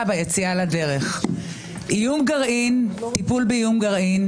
ביציאה לדרך רק כדי שנעשה חשבון נפש: טיפול באיום הגרעין,